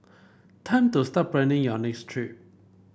time to start planning your next trip